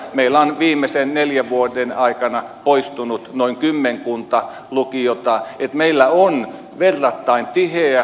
meillä on viimeisen neljän vuoden aikana poistunut noin kymmenkunta lukiota joten meillä on verrattain tiheä lukioverkko